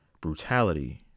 brutality